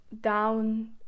down